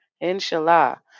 inshallah